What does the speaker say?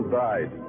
died